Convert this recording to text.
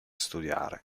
studiare